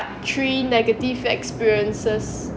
three negative experiences